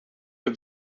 heb